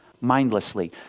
mindlessly